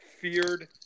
feared